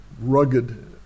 rugged